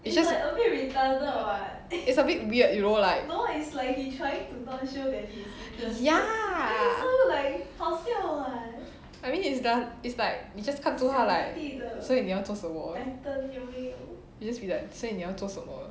it's a bit weird you know like ya I mean it's the it's like 你 just 看住他 like so 你要做什么 you just be like so 你要做什么